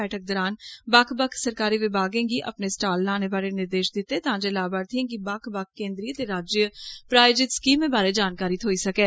बैठका दौरान बकख बक्ख सरकारी विभागें गी अपने स्टाल लाने बारै निर्देश दिते गे तां जे लामार्थियें गी बक्ख बक्ख केन्द्रीय ते राज्य प्रायोजित स्कीमें बारै जानकारी थ्होई सके